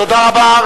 תודה רבה.